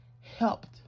helped